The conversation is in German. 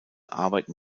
arbeiten